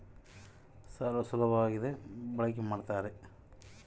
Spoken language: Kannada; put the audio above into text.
ವಾಹನ ಸಾಲಗಳು ಸುರಕ್ಷಿತ ಸಾಲಗಳಾಗಿವೆ ಮತ್ತ ವಾಹನವನ್ನು ಮೇಲಾಧಾರವಾಗಿ ಬಳಕೆ ಮಾಡ್ತಾರ